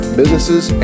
businesses